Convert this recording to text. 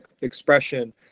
expression